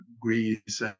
Greece